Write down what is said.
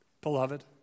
beloved